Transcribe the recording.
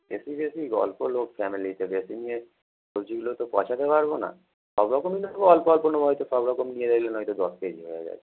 বেশি বেশি অল্প লোক ফ্যামেলিতে বেশি নিয়ে সব্জিগুলো তো পচাতে পারবো না সব রকমই নেবো অল্প অল্প নেবো হয়তো সব রকম নিয়ে দেখলেন হয়তো দশ কেজি হয়ে গেছে